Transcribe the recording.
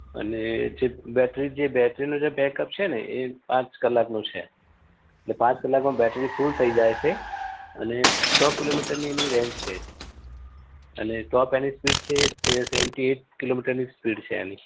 અને જે બૅટરી જે બૅટરીનું જે બૅકઅપ છે ને એ પાંચ કલાકનું છે એટલે પાંચ કલાકમાં બેટરી ફુલ થઈ જાય છે અને સો કિલોમીટરની એની રેન્જ છે અને ટૉપ એની સ્પીડ છે એ સૅવન્ટી એઈટ કિલોમીટરની સ્પીડ છે એની